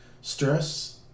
Stress